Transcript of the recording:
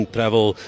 Travel